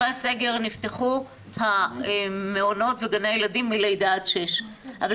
אחרי הסגר נפתחו המעונות וגני הילדים מלידה עד גיל 6. אבל